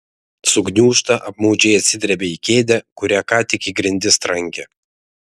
sugniūžta apmaudžiai atsidrebia į kėdę kurią ką tik į grindis trankė